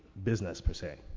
business per se?